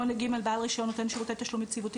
(8ג) בעל רישיון נותן שירותי תשלום יציבותי